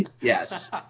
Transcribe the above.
Yes